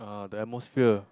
ah the atmosphere